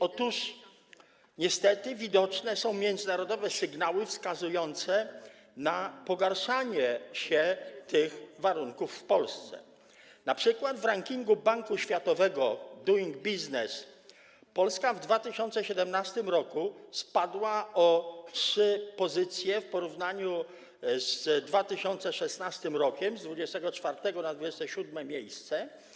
Otóż niestety widoczne są międzynarodowe sygnały wskazujące na pogarszanie się tych warunków w Polsce, np. w rankingu Banku Światowego Doing Business Polska w 2017 r. spadła o trzy pozycje w porównaniu z 2016 r., z 24. miejsca na 27. miejsce.